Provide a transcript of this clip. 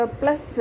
plus